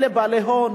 בעלי הון,